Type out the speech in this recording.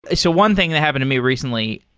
ah so one thing that happened to me recently,